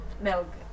milk